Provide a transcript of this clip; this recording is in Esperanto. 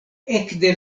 ekde